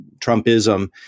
Trumpism